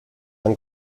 han